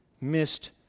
missed